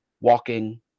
walking